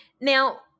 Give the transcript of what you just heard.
Now